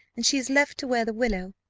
and she is left to wear the willow,